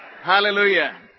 Hallelujah